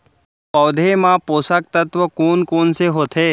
पौधे मा पोसक तत्व कोन कोन से होथे?